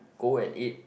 go and eat